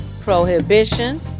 prohibition